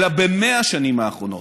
אלא ב-100 השנים האחרונות.